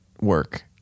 work